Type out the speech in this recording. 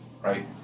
right